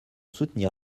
soutenir